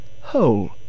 whole